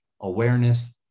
Awareness